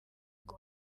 ngo